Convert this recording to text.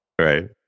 right